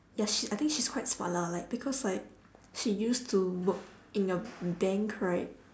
ya she I think she's quite smart lah like because like she used to work in a bank right